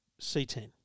C10